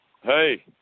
Hey